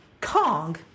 Kong